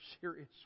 serious